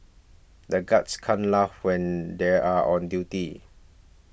the guards can't laugh when they are on duty